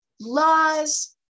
laws